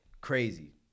crazy